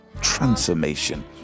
transformation